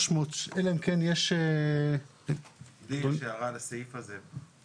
יש לי הערה לסעיף הזה,